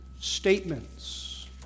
statements